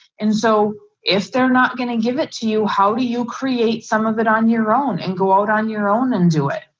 and so if they're not gonna give it to you, how do you create some of it on your own and go out on your own and do it?